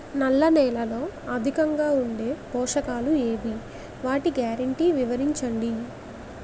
నల్ల నేలలో అధికంగా ఉండే పోషకాలు ఏవి? వాటి గ్యారంటీ వివరించండి?